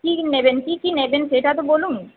কী নেবেন কী কী নেবেন সেটা তো বলুন